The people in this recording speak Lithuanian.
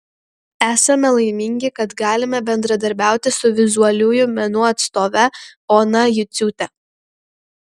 esame laimingi kad galime bendradarbiauti su vizualiųjų menų atstove ona juciūte